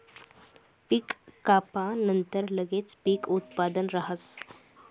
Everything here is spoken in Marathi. पीक कापानंतर लगेच पीक उत्पादन राहस